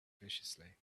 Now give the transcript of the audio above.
viciously